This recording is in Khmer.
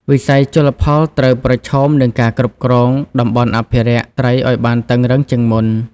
វិស័យជលផលត្រូវប្រឈមនឹងការគ្រប់គ្រង តំបន់អភិរក្ស ត្រីឱ្យបានតឹងរ៉ឹងជាងមុន។